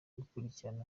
gukurikira